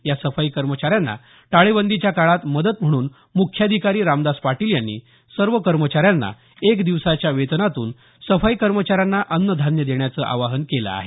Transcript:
या सफाई कर्मचाऱ्यांना टाळेबंदीच्या काळात मदत म्हणून मुख्याधिकारी रामदास पाटील यांनी सर्व कर्मचाऱ्यांना एक दिवसाच्या वेतनातून सफाई कर्मचाऱ्यांना अन्नधान्य देण्याचं आवाहन केलं आहे